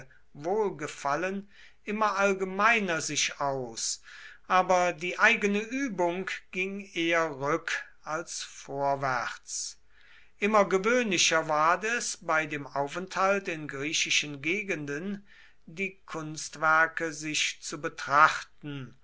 wohlgefallen immer allgemeiner sich aus aber die eigene übung ging eher rück als vorwärts immer gewöhnlicher ward es bei dem aufenthalt in griechischen gegenden die kunstwerke sich zu betrachten